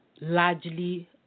largely